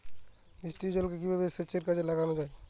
বৃষ্টির জলকে কিভাবে সেচের কাজে লাগানো যায়?